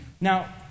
Now